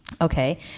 Okay